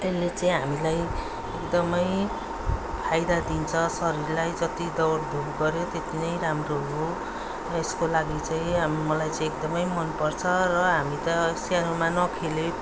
यसले चाहिँ हामीलाई एकदमै फाइदा दिन्छ शरीरलाई जत्ति दौडधुप गर्यो त्यति नै राम्रो हो यसको लागि चाहिँ मलाई चै एकदमै मन पर्छ र हामी त स्ना् नखेलेम्